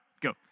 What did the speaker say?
go